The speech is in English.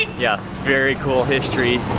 yeah. very cool history,